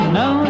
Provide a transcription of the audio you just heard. no